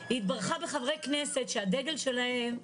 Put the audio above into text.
היא התברכה בחברי כנסת שהדגל שלהם,